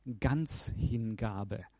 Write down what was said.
Ganzhingabe